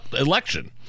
election